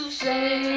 say